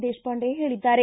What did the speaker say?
ದೇಶಪಾಂಡೆ ಹೇಳಿದ್ದಾರೆ